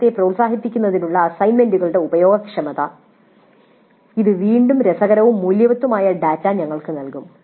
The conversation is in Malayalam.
പഠനത്തെ പ്രോത്സാഹിപ്പിക്കുന്നതിനുള്ള അസൈൻമെന്റുകളുടെ ഉപയോഗക്ഷമത ഇത് വീണ്ടും രസകരവും മൂല്യവത്തായതുമായ ഡാറ്റ ഞങ്ങൾക്ക് നൽകും